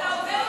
מה אמרתי,